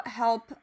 help